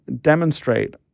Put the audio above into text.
demonstrate